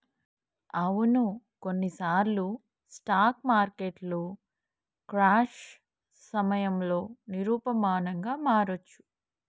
అవును కొన్నిసార్లు స్టాక్ మార్కెట్లు క్రాష్ సమయంలో నిరూపమానంగా మారొచ్చు